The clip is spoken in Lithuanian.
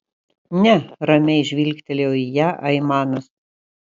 ne ramiai žvilgtelėjo į ją aimanas